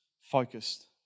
focused